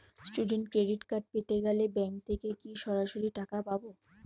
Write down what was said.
Student credit card পেতে গেলে bank থেকে কি সরাসরি টাকা পাবো?